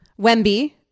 Wemby